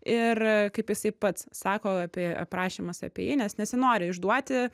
ir kaip jisai pats sako apie aprašymas apie jį nes nesinori išduoti